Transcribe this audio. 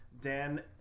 Dan